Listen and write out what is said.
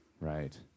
Right